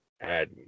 add